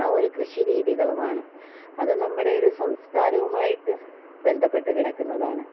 ആ ഒരു കൃഷി രീതികളുമാണ് അത് നമ്മുടെ ഒരു സംസ്കാരവുമായിട്ട് ബന്ധപ്പെട്ട് കിടക്കുന്നതാണ്